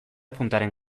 puntaren